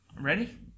Ready